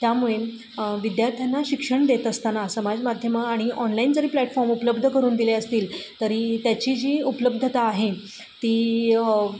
त्यामुळे विद्यार्थ्यांना शिक्षण देत असताना समाज माध्यमं आणि ऑनलाईन जरी प्लॅटफॉर्म उपलब्ध करून दिले असतील तरी त्याची जी उपलब्धता आहे ती